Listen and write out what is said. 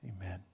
Amen